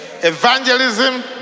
evangelism